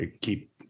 keep